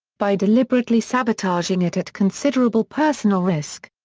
by deliberately sabotaging it at considerable personal risk.